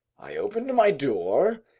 i opened my door,